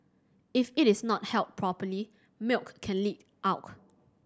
if it is not held properly milk can leak out